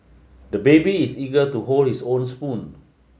the baby is eager to hold his own spoon